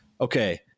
Okay